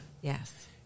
Yes